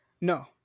No